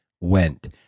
went